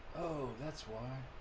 that's why